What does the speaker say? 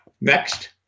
Next